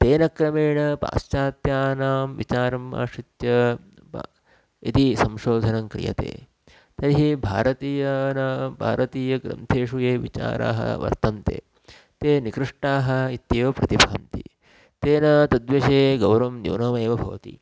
तेन क्रमेण पाश्चात्यानां विचारम् आश्रित्य इति संशोधनं क्रियते तर्हि भारतीयानां भारतीयग्रन्थेषु ये विचाराः वर्तन्ते ते निकृष्टाः इत्येव प्रतिभान्ति तेन तद्विषये गौरवं न्यूनमेव भवति